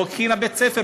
לא הכינה בית-ספר,